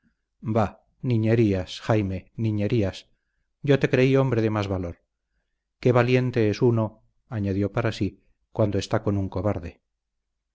bah niñerías jaime niñerías yo te creí hombre de más valor qué valiente es uno añadió para sí cuando está con un cobarde